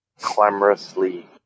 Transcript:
clamorously